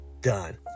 Done